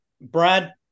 Brad